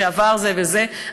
לשעבר זה וזה,